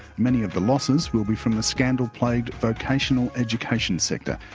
many of the losses will be from the scandal-plagued vocational education sector,